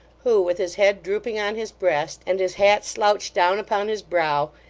who, with his head drooping on his breast and his hat slouched down upon his brow,